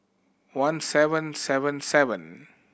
one seven seven seven